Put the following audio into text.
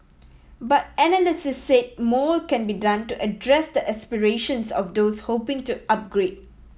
but analysts said more can be done to address the aspirations of those hoping to upgrade